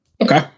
Okay